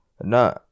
No